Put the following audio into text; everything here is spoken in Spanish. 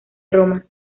roma